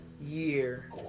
year